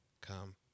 come